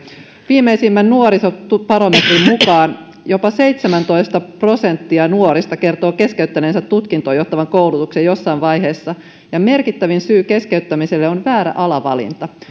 viimeisimmän nuorisobarometrin mukaan jopa seitsemäntoista prosenttia nuorista kertoo keskeyttäneensä tutkintoon johtavan koulutuksen jossain vaiheessa ja merkittävin syy keskeyttämiseen on väärä alavalinta